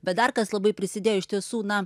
bet dar kas labai prisidėjo iš tiesų na